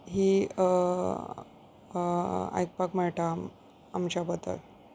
ही आयकपाक मेळटा आमच्या बद्दल